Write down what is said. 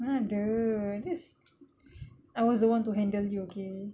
mana ada that's I was the one to handle you okay